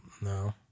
no